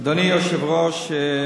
אדוני היושב-ראש,